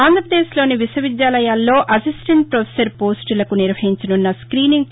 ఆంధ్రపదేశ్లోని విశ్వవిద్యాల్లో assistant professor పోస్లులకు నిర్వహించనున్న స్క్మీనింగ్ న్న